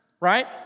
right